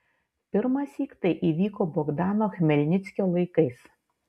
pirmąsyk tai įvyko bogdano chmelnickio laikais